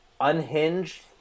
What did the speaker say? unhinged